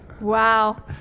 Wow